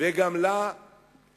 וגם לה התנגדתי.